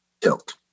tilt